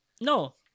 No